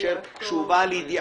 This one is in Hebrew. מאשר -- שהובא לידיעתו.